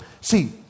see